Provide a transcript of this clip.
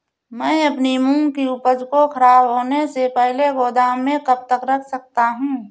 मैं अपनी मूंग की उपज को ख़राब होने से पहले गोदाम में कब तक रख सकता हूँ?